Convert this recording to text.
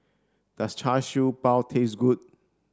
does Char Siew Bao taste good